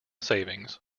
savings